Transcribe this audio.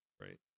Right